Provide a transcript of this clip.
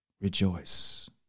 Rejoice